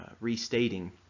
restating